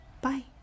bye